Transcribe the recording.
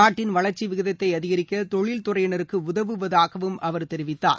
நாட்டின் வளர்ச்சி விகிதத்தை அதிகரிக்க தொழில் துறையினருக்கு உதவுவதாகவும் அவர் தெரிவித்ததார்